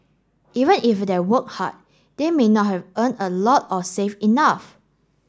even if they worked hard they may not have earned a lot or saved enough